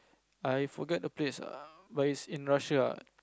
I forget the place